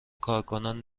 کارکنان